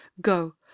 go